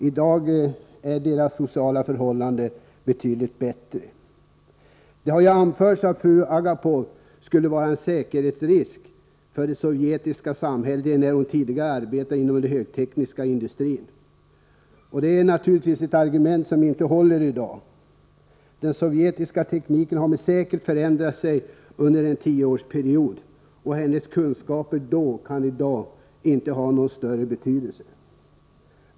I dag är familjens sociala förhållanden betydligt bättre. Det har anförts att fru Agapov skulle vara en säkerhetsrisk för det sovjetiska samhället, enär hon tidigare arbetat inom den högtekniska industrin. Det är ett argument som naturligtvis inte håller i dag. Den sovjetiska tekniken har med säkerhet förändrats under en tioårsperiod, och fru Agapovs kunskaper då kan i dag inte ha någon större betydelse.